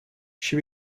she